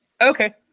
Okay